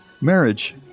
Marriage